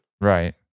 Right